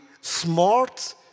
smart